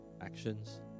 actions